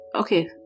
Okay